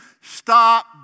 Stop